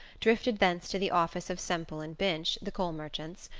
drifted thence to the office of semple and binch, the coal-merchants,